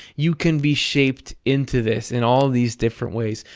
you can be shaped into this, in all these different ways.